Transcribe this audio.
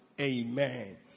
Amen